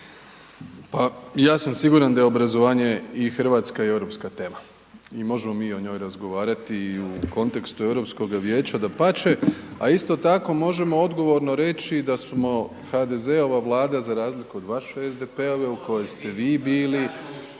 Pa ja sam siguran da je obrazovanje i hrvatska i europska tema i možemo mi i o njoj razgovarati i u kontekstu Europskoga vijeća, a isto tako možemo odgovorno reći da smo HDZ-ova Vlada za razliku od vaše SDP-ove u kojoj ste vi bili,